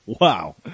Wow